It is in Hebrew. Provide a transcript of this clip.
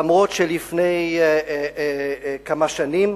אף-על-פי שלפני כמה שנים